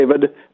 David